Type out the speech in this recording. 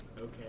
Okay